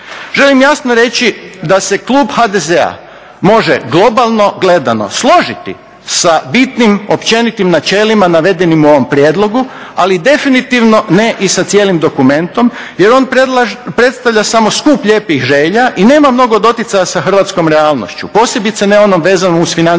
Želim jasno reći da se klub HDZ-a može globalno gledano složiti sa bitnim, općenitim načelima navedenim u ovom prijedlogu, ali definitivno ne i sa cijelim dokumentom jer on predstavlja samo skup lijepih želja i nema mnogo doticaja sa hrvatskom realnošću, posebice ne onom vezanom uz financijsku